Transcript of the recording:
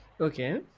Okay